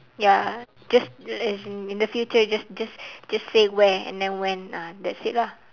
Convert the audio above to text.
ya just as in the future just just just say where and then when ah that's it lah